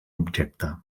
objecte